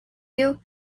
you